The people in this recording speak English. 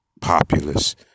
populace